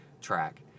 track